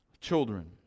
children